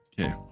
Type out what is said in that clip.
Okay